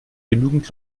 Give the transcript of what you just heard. genügend